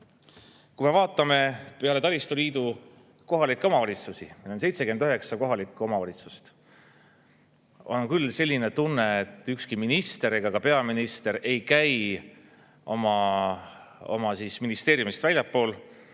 Kui me vaatame peale taristu liidu kohalikke omavalitsusi, meil on 79 kohalikku omavalitsust, siis on küll selline tunne, et ükski minister ega peaminister ei käi oma ministeeriumist väljaspool,